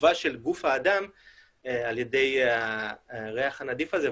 התגובה של גוף האדם על ידי הריח הנדיף הזה,